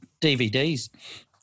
DVDs